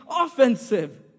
offensive